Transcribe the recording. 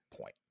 point